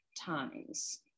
times